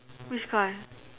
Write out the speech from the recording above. which guy